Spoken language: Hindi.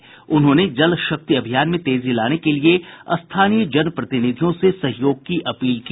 श्री प्रधान ने जल शक्ति अभियान में तेजी लाने के लिए स्थानीय जनप्रतिनिधियों से सहयोग की अपील की